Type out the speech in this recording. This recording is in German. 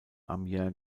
amiens